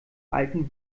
alten